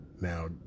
Now